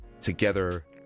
together